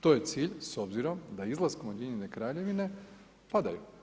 To je cilj s obzirom da izlaskom Ujedinjene Kraljevine, padaju.